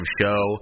show